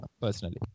personally